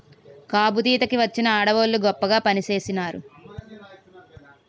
గాబుదీత కి వచ్చిన ఆడవోళ్ళు గొప్పగా పనిచేసినారు